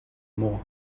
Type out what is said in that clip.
more